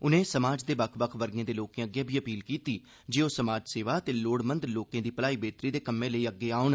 उनें समाज दे बक्ख बक्ख वर्गें दे लोकें अग्गें बी अपील कीती जे ओ समाज सेवा ते लोड़मंद लोकें दी भलाई बेह्तरी दे कम्में लेई अग्गे औन